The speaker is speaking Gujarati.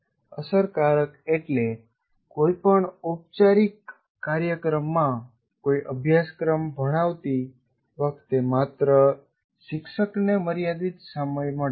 અસરકારક એટલે કોઈપણ ઔપચારિક કાર્યક્રમમાં કોઈ અભ્યાસક્રમ ભણાવતી વખતે માત્ર શિક્ષકને મર્યાદિત સમય મળે છે